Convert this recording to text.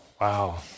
Wow